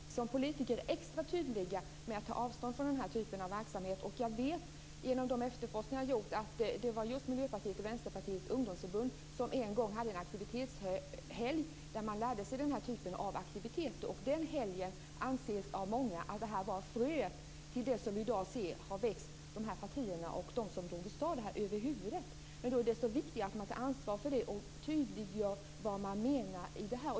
Fru talman! Det är oerhört viktigt att vi som politiker är extra tydliga med att ta avstånd från den här typen av verksamhet. Jag vet genom de efterforskningar som jag har gjort att just Miljöpartiets och Vänsterpartiets ungdomsförbund en gång hade en aktivitetshelg där man lärde sig den här typen av aktiviteter. Den helgen anses av många vara fröet till det som i dag har växt de här partierna och dem som drog i gång detta över huvudet. Det är desto viktigare att man tar ansvar för detta och tydliggör vad man menar.